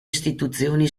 istituzioni